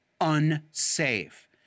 unsafe